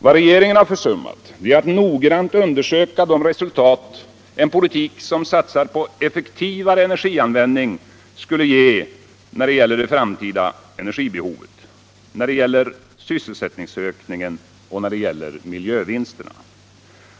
Vad regeringen har försummat är att noggrant undersöka de resultat en politik som satsar på effektivare energianvändning skulle ge när det gäller det framtida energibehovet, när det gäller sysselsättningsökningen och när det gäller miljövinsterna.